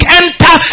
enter